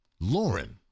Lauren